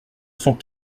cent